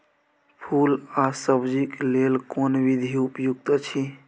फूल आ सब्जीक लेल कोन विधी उपयुक्त अछि?